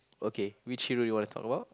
okay which hero you want to talk about